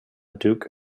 duke